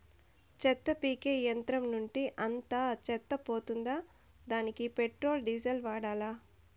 చెత్త పీకే యంత్రం నుండి అంతా చెత్త పోతుందా? దానికీ పెట్రోల్, డీజిల్ వాడాలా?